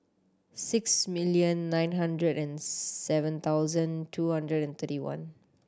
six million nine hundred and seven thousand two hundred and thirty one